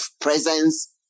presence